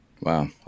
Wow